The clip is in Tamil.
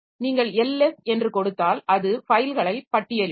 நீங்கள் ls என்று கொடுத்தால் அது ஃபைல்களை பட்டியலிடும்